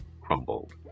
crumbled